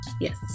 Yes